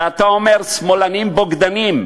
ואתה אומר: שמאלנים בוגדניים,